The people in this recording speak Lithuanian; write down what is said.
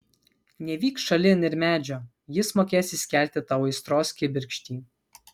nevyk šalin ir medžio jis mokės įskelti tau aistros kibirkštį